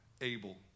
Abel